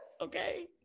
Okay